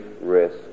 risk